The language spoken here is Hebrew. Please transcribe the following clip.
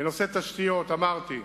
בנושא תשתיות, אמרתי,